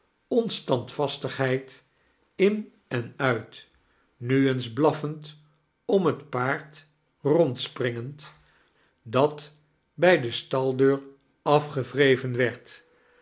onstandvastigheid in en uit nu eens blaffend am liet paard rondspringend dat bij de staldeur a fkerstvertellingen giewarevein werd